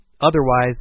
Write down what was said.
Otherwise